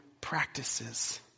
practices